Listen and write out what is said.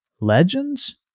Legends